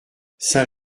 saint